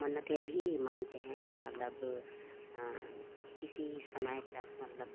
मन्नतें भी मानते हैं कि मतलब किसी समय तक मतलब